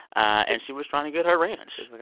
and she was trying to get her ranch she's like,